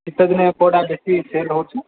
ଶୀତଦିନେ କେଉଁଟା ବେଶୀ ସେଲ୍ ହେଉଛି